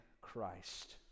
Christ